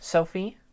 Sophie